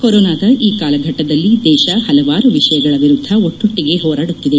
ಕೊರೊನಾದ ಈ ಕಾಲಘಟ್ಟದಲ್ಲಿ ದೇಶ ಹಲವಾರು ವಿಷಯಗಳ ವಿರುದ್ದ ಒಟ್ಟೊಟ್ಟಿಗೇ ಹೋರಾಡುತ್ತಿದೆ